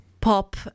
pop